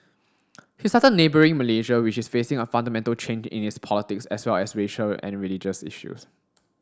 he cited neighbouring Malaysia which is facing a fundamental change in its politics as well as racial and religious issues